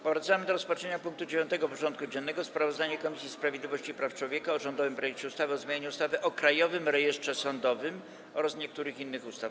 Powracamy do rozpatrzenia punktu 9. porządku dziennego: Sprawozdanie Komisji Sprawiedliwości i Praw Człowieka o rządowym projekcie ustawy o zmianie ustawy o Krajowym Rejestrze Sądowym oraz niektórych innych ustaw.